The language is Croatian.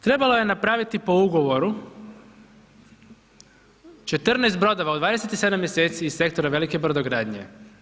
Trebalo je napraviti po ugovoru 14 brodova u 27 mjeseci iz sektore velike brodogradnje.